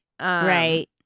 Right